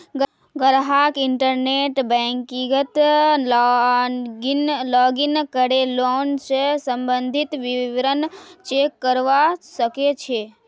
ग्राहक इंटरनेट बैंकिंगत लॉगिन करे लोन स सम्बंधित विवरण चेक करवा सके छै